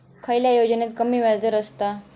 खयल्या योजनेत कमी व्याजदर असता?